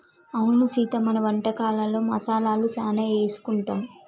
అవును సీత మన వంటకాలలో మసాలాలు సానా ఏసుకుంటాం